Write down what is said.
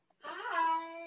Hi